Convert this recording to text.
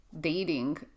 dating